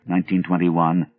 1921